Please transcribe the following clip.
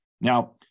Now